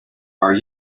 are